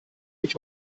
ich